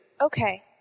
Okay